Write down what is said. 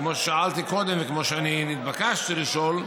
כמו ששאלתי קודם וכמו שהתבקשתי לשאול.